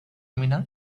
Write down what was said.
mina